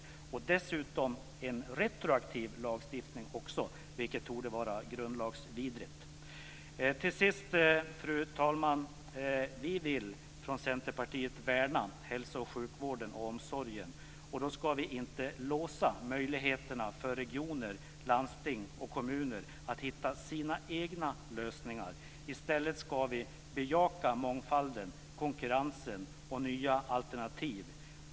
Det är dessutom en retroaktiv lagstiftning, vilket torde vara grundlagsvidrigt. Till sist, fru talman, vill vi från Centerpartiet värna hälso och sjukvården och omsorgen. Då ska vi inte låsa möjligheterna för regioner, landsting och kommuner att hitta sina egna lösningar. I stället ska vi bejaka mångfalden, konkurrensen och nya alternativ.